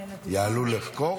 איומים על ראש השב"כ,